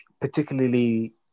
particularly